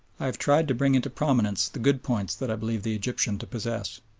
i have tried to bring into prominence the good points that i believe the egyptian to possess.